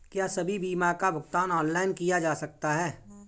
क्या सभी बीमा का भुगतान ऑनलाइन किया जा सकता है?